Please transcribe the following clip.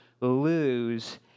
lose